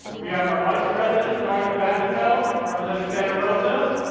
we have our vice president, dorothy battenfeld, representing santa rosa.